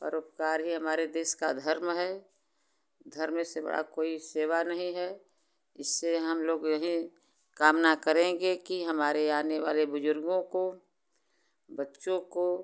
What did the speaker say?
परोपकार ही हमारे देश का धर्म है धर्म से बड़ा कोई सेवा नहीं है इससे हम लोग यही कामना करेंगे कि हमारे आने वाले बुजुर्गों को बच्चों को